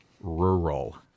rural